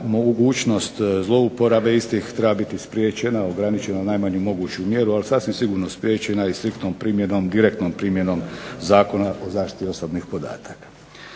mogućnost zlouporabe istih treba biti spriječena, ograničena na najmanju moguću mjeru, ali sasvim sigurno spriječena i striktnom primjenom, direktnom primjenom Zakona o zaštiti osobnih podataka.